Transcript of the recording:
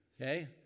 okay